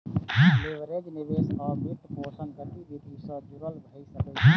leverage निवेश आ वित्तपोषण गतिविधि सं जुड़ल भए सकै छै